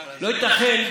לא ייתכן,